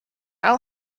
will